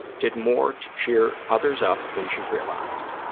did more to cheer others up than she realized.